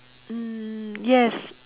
mm yes